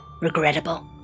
Regrettable